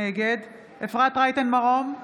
אפרת רייטן מרום,